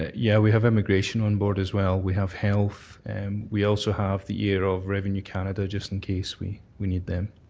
ah yeah, we have immigration onboard as well. we have health and we also have the area of revenue canada just in case we we need them.